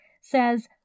says